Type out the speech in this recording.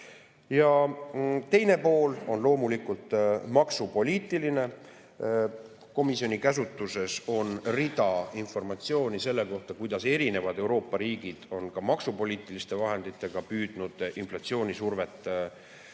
Ja teine pool on loomulikult maksupoliitiline. Komisjoni käsutuses on [hulk] informatsiooni selle kohta, kuidas erinevad Euroopa riigid on ka maksupoliitiliste vahenditega püüdnud inflatsioonisurvet leevendada.